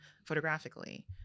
Photographically